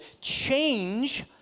change